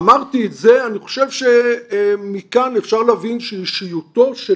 אמרתי את זה ואני חושב שמכאן אפשר להבין שאישיותו של